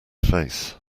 face